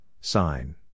sign